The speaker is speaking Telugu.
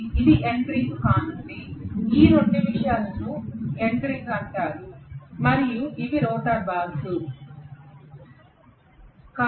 కాబట్టి ఇది ఎండ్ రింగ్ కానుంది ఈ రెండు విషయాలను ఎండ్ రింగులు అంటారు మరియు ఇవి రోటర్ బార్స్ ఇవి రోటర్ బార్స్